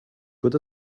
good